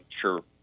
sure